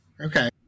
Okay